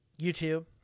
YouTube